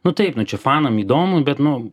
nu taip nu čia fanam įdomu bet nu